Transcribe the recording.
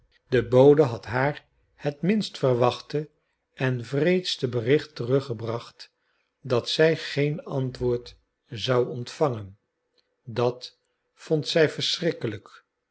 de bode had haar het minst verwachte en wreedste bericht teruggebracht dat zij geen antwoord zou ontvangen dat vond zij verschrikkelijk